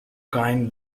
kind